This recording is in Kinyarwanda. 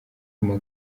guma